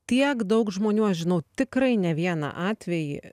tiek daug žmonių aš žinau tikrai ne vieną atvejį